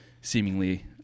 seemingly